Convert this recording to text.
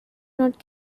not